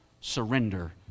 surrender